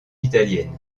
italiennes